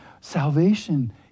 Salvation